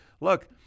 look